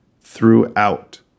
throughout